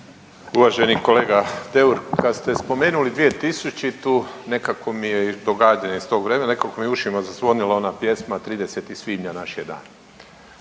Uvaženi kolega Deur kad ste spomenuli 2000. nekako mi je, događanja iz tog vremena, nekako mi je u ušima zazvonila ona pjesma 30. svibnja naš je dan.